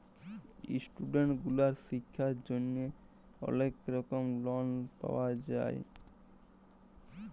student গুলার শিক্ষার জন্হে অলেক রকম লন পাওয়া যায়